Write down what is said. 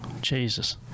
Jesus